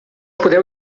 podeu